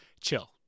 chill